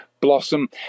Blossom